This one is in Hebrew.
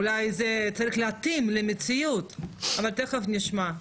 אולי צריך להתאים למציאות, אבל תיכף נשמע.